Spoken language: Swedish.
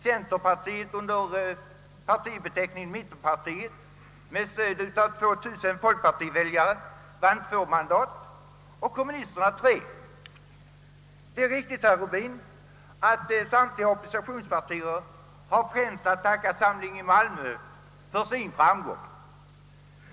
Det är riktigt, herr Rubin, att samtliga oppositionspartier främst har att tacka Samling i Malmö för sin framgång.